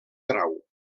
grau